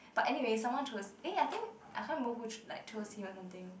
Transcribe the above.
but anyway someone choose eh I think I can't remember who like chose him or something